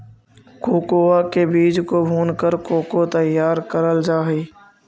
cocoa के बीज को भूनकर कोको तैयार करल जा हई